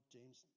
James